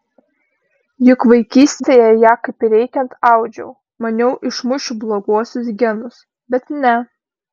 juk vaikystėje ją kaip reikiant audžiau maniau išmušiu bloguosius genus bet ne